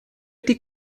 die